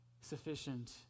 sufficient